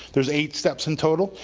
there's eight steps in total.